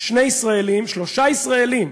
שני ישראלים, שלושה ישראלים,